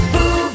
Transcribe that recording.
Boo